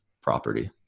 property